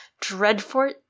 dreadfort